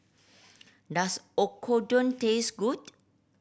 does Oyakodon taste good